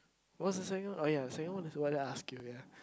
what's the second one oh ya second one is whether I ask you ya